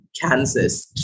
Kansas